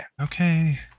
Okay